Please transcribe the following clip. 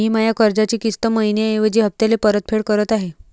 मी माया कर्जाची किस्त मइन्याऐवजी हप्त्याले परतफेड करत आहे